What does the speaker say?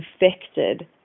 infected